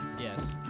Yes